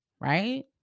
right